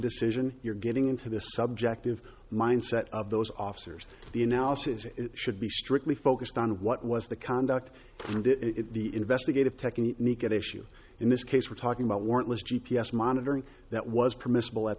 decision you're getting into the subjective mindset of those officers the analysis should be strictly focused on what was the conduct of the investigative technique at issue in this case we're talking about warrantless g p s monitoring that was permissible at